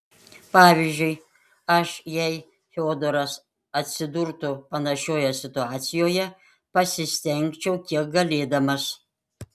pavyzdžiui aš jei fiodoras atsidurtų panašioje situacijoje pasistengčiau kiek galėdamas